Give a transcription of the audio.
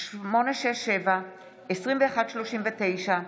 867/23, 2139/23,